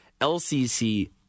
LCC